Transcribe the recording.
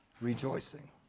rejoicing